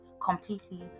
completely